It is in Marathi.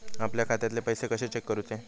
आपल्या खात्यातले पैसे कशे चेक करुचे?